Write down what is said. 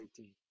18